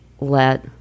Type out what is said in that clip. let